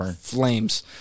Flames